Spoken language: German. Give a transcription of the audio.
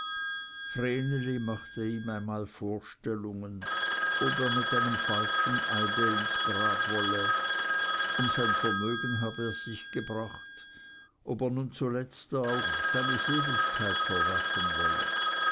vreneli machte ihm einmal vorstellungen ob er mit einem falschen eide ins grab wolle um sein vermögen habe er sich gebracht ob er nun zu guter letzt auch seine seligkeit verwerfen wolle